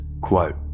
quote